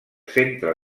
centre